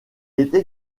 était